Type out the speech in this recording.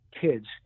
kids